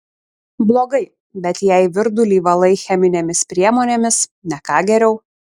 blogai bet jei virdulį valai cheminėmis priemonėmis ne ką geriau